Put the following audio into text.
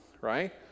right